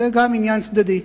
זה גם עניין צדדי.